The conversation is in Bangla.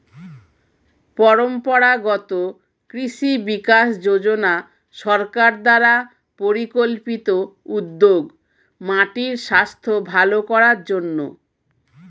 পরম্পরাগত কৃষি বিকাশ যোজনা সরকার দ্বারা পরিকল্পিত উদ্যোগ মাটির স্বাস্থ্য ভাল করার জন্যে